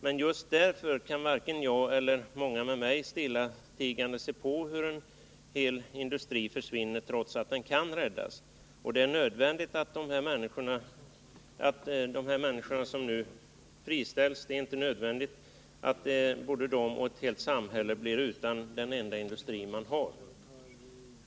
Men just på grund av att industriministern har denna kunskap kan jag och många med mig inte stillatigande se på hur en hel industri försvinner trots att den kan räddas. Det är inte nödvändigt att de människor som nu friställs och ett helt samhälle blir utan den enda industri som finns på orten.